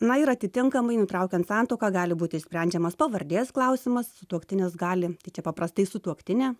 na ir atitinkamai nutraukiant santuoką gali būti sprendžiamas pavardės klausimas sutuoktinis gali tai čia paprastai sutuoktinė